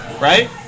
right